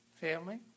Family